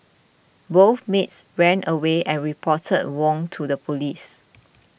both maids ran away and reported Wong to the police